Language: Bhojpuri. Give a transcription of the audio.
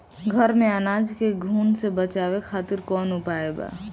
घर में अनाज के घुन से बचावे खातिर कवन उपाय बा?